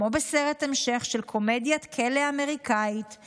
כמו בסרט המשך של קומדיית כלא אמריקאית,